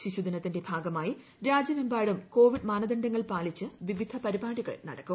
ശിശുദിനത്തിന്റെ ഭാഗമായി രാജ്യമെമ്പാടും കോവിഡ് മാനദണ്ഡങ്ങൾ പാലിച്ച് വിവിധ പരിപാടികൾ നടക്കും